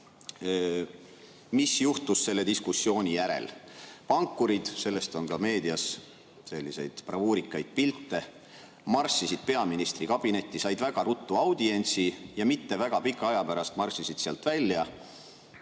mis juhtus selle diskussiooni järel. Pankurid – sellest on ka meedias selliseid bravuurikaid pilte – marssisid peaministri kabinetti, said väga ruttu audientsi ja mitte väga pika aja pärast marssisid sealt välja.